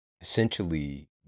essentially